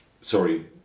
sorry